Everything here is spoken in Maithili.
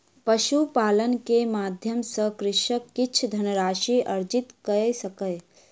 पशुपालन के माध्यम सॅ कृषक किछ धनराशि अर्जित कय सकल